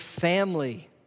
family